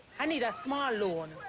i need a small loan.